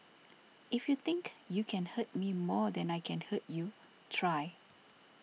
if you think you can hurt me more than I can hurt you try